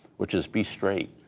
which is be straight,